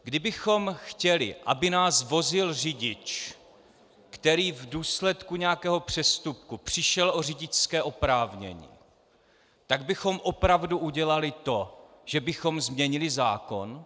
Kdybychom chtěli, aby nás vozil řidič, který v důsledku nějakého přestupku přišel o řidičské oprávnění, tak bychom opravdu udělali to, že bychom změnili zákon?